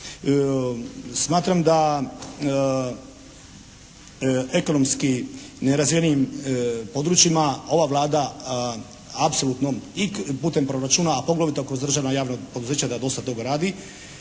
Smatram da ekonomski nerazvijenim područjima ova Vlada apsolutno i putem proračuna a poglavito kroz državna javna poduzeća da dosta toga radi,